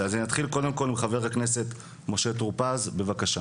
אז אני אתחיל קודם כל עם חבר הכנסת משה טור-פז בבקשה.